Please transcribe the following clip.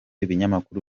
ibinyamakuru